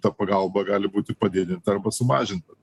ta pagalba gali būti padidinta arba sumažinta